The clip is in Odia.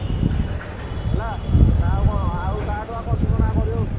ହେଲା ନା ଆଉ କ'ଣ ଆଉ ତାଠୁ ଆଉ କନ୍ସେସନ୍ ଆଉ କରିହବ କି